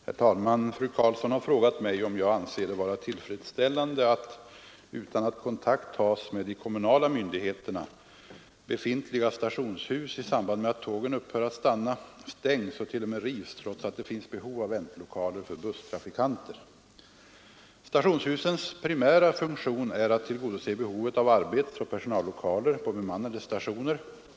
Herr talman! Fru Karlsson har frågat mig om jag anser det vara tillfredsställande att — utan att kontakt tas med de kommunala myndigheterna — befintliga stationshus, i samband med att tågen upphör att stanna, stängs och t.o.m. rivs trots att det finns behov av väntlokaler för busstrafikanter. Stationshusens primära funktion är att tillgodose behovet av arbetsoch personallokaler på bemannade stationer.